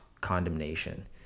condemnation